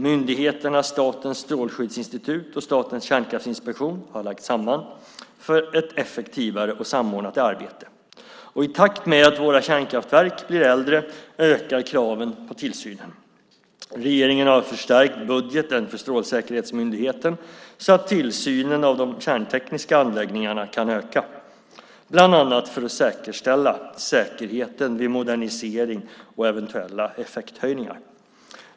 Myndigheterna Statens strålskyddsinstitut och Statens kärnkraftsinspektion har lagts samman för ett effektivare och samordnat arbete. I takt med att våra kärnkraftverk blir äldre ökar kraven på tillsynen. Regeringen har förstärkt budgeten för Strålsäkerhetsmyndigheten så att tillsynen av de kärntekniska anläggningarna kan öka, bland annat för att säkerställa säkerheten vid modernisering och eventuella effekthöjningar.